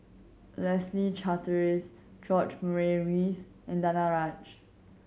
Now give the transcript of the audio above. Leslie Charteris George Murray Reith and Danaraj